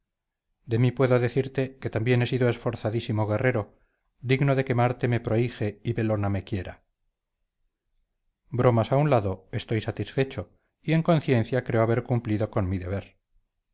de mí puedo decirte que también he sido esforzadísimo guerrero digno de que marte me prohíje y belona me quiera bromas a un lado estoy satisfecho y en conciencia creo haber cumplido con mi deber